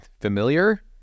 familiar